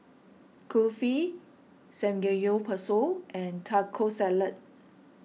Kulfi Samgeyopsal and Taco Salad